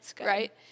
right